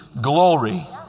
glory